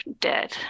dead